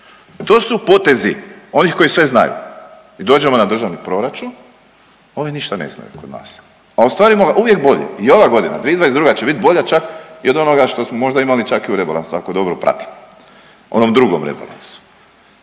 To su potezi onih koji sve znaju. I dođemo na državni proračun, oni ništa ne znaju .../Govornik se ne razumije./... a ustvari uvijek bolje i ova godina 2022. će bit bolja čak i od onoga što smo možda imali čak i u rebalansu, ako dobro pratimo, onom drugom rebalansu.